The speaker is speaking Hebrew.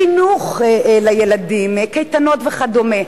חינוך לילדים, קייטנות וכדומה,